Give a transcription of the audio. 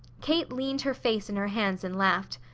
kate leaned her face in her hands and laughed.